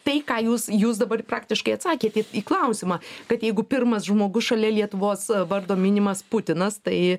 tai ką jūs jūs dabar praktiškai atsakė į klausimą kad jeigu pirmas žmogus šalia lietuvos vardo minimas putinas tai